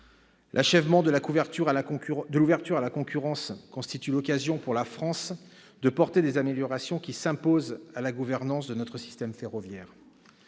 L'achèvement de l'ouverture à la concurrence constitue l'occasion pour la France d'apporter les améliorations qui s'imposent à la gouvernance de notre système ferroviaire.